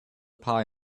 pie